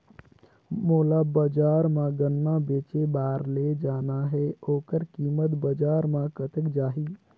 मोला बजार मां गन्ना बेचे बार ले जाना हे ओकर कीमत बजार मां कतेक जाही?